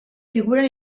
figuren